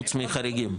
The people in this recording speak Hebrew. חוץ מחריגים.